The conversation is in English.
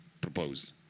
proposed